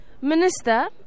Minister